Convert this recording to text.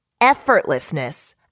effortlessness